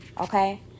Okay